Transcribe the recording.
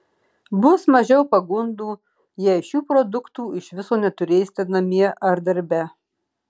bus mažiau pagundų jei šių produktų iš viso neturėsite namie ar darbe